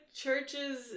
churches